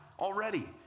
already